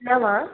नव